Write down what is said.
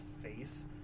face